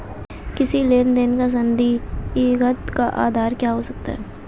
किसी लेन देन का संदिग्ध का आधार क्या हो सकता है?